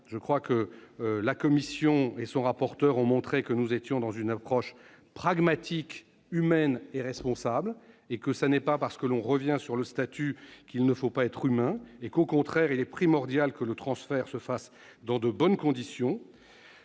social, la commission et son rapporteur ont montré que nous avions une approche pragmatique, humaine et responsable. Ce n'est pas parce que l'on revient sur le statut qu'il ne faut pas être humain. Au contraire, il est primordial que le transfert de personnel ait lieu dans de bonnes conditions.